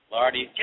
Lardy